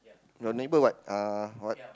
your neighbour what uh what